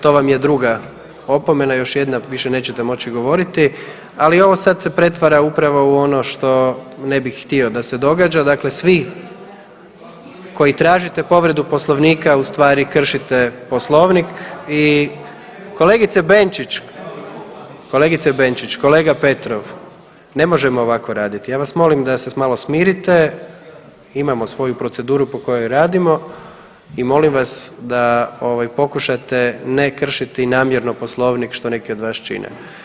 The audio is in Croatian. To vam je druga opomena, još jedna više nećete moći govoriti, ali ovo sad se pretvara upravo u ono što ne bih htio da se događa, dakle svi koji tražite povredu Poslovnika u stvari kršite Poslovnik i, kolegice Benčić, kolegice Benčić, kolega Petrov, ne možemo ovako raditi, ja vas molim da se malo smirite, imamo svoju proceduru po kojoj radimo i molim vas da ovaj pokušate ne kršiti namjerno Poslovnik što neki od vas čine.